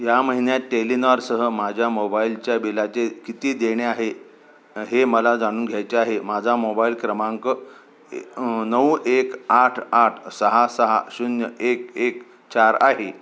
या महिन्यात टेलिनॉरसह माझ्या मोबाईलच्या बिलाचे किती देणे आहे हे मला जाणून घ्यायचे आहे माझा मोबाईल क्रमांक नऊ एक आठ आठ सहा सहा शून्य एक एक चार आहे